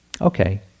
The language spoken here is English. Okay